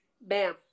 bam